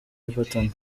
everton